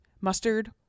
Mustard